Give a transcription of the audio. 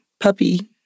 Puppy